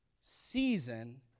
Season